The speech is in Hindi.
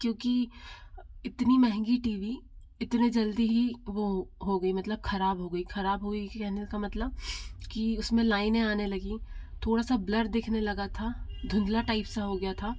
क्योंकि इतनी महंगी टी वी इतने जल्दी ही वो हो गई मतलब खराब हो गई खराब हो गई कि कहने मतलब कि उसमें लाइनें आने लगीं थोड़ा सा ब्लर दिखने लगा था धुंधला टाइप सा हो गया था